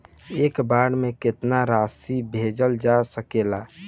एक बार में केतना राशि भेजल जा सकेला?